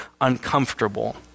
uncomfortable